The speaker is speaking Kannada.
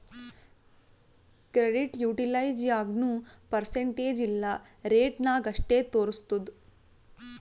ಕ್ರೆಡಿಟ್ ಯುಟಿಲೈಜ್ಡ್ ಯಾಗ್ನೂ ಪರ್ಸಂಟೇಜ್ ಇಲ್ಲಾ ರೇಟ ನಾಗ್ ಅಷ್ಟೇ ತೋರುಸ್ತುದ್